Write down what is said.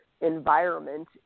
environment